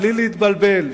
בלי להתבלבל,